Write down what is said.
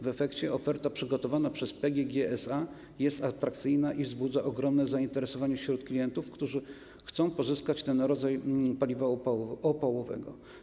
W efekcie oferta przygotowana przez PGG SA jest atrakcyjna i wzbudza ogromne zainteresowanie wśród klientów, którzy chcą pozyskać ten rodzaj paliwa opałowego.